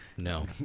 No